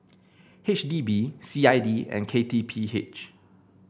H D B C I D and K T P H